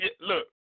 Look